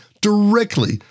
Directly